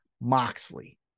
Moxley